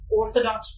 orthodox